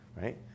Right